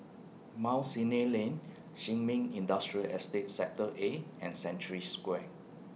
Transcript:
Mount Sinai Lane Sin Ming Industrial Estate Sector A and Century Square